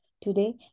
Today